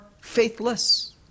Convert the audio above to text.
faithless